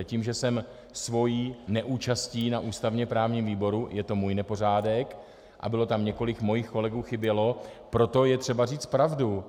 Tím, že jsem svou neúčastí na ústavněprávním výboru, je to můj nepořádek, a chybělo tam několik mých kolegů, proto je třeba říct pravdu.